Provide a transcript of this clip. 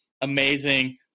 amazing